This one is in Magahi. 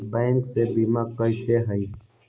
बैंक से बिमा कईसे होई?